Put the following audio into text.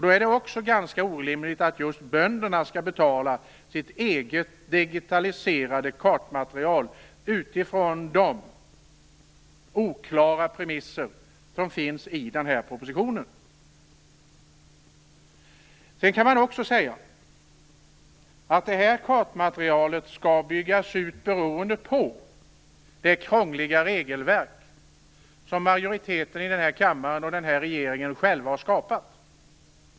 Då är det också ganska orimligt att just bönderna skall betala sitt eget digitaliserade kartmaterial utifrån de oklara premisser som finns i den här propositionen. Det här kartmaterialet skall byggas ut beroende på det krångliga regelverk som majoriteten i den här kammaren och regeringen själva har skapat.